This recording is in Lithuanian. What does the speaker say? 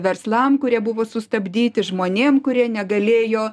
verslam kurie buvo sustabdyti žmonėm kurie negalėjo